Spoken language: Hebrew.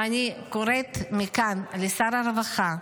ואני קוראת מכאן לשר הרווחה,